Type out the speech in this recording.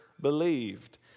believed